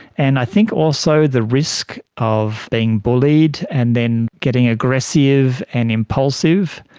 and i think also the risk of being bullied and then getting aggressive and impulsive